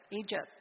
Egypt